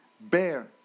bear